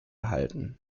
halten